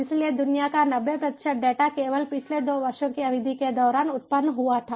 इसलिए दुनिया का 90 प्रतिशत डेटा केवल पिछले 2 वर्षों की अवधि के दौरान उत्पन्न हुआ था